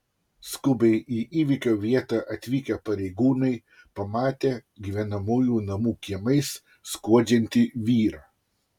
skubiai į įvykio vietą atvykę pareigūnai pamatė gyvenamųjų namų kiemais skuodžiantį vyrą